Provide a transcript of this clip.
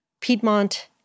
Piedmont